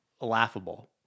laughable